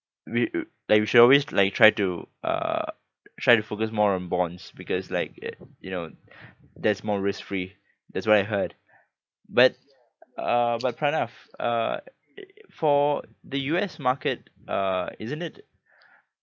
we like we should always like try to uh try to focus more on bonds because like you know that's more risk free that's what I heard but uh but pranav uh for the U_S market uh isn't it